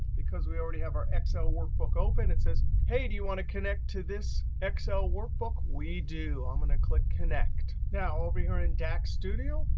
because we already have our excel workbook open, it says, hey, do you want to connect to this excel workbook? we do. i'm going to click connect. now over here in dax studio,